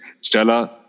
Stella